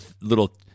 little